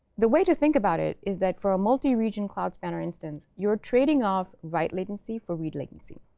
the way to think about it is that for a multi-region cloud spanner instance, you're trading off write latency for read latency.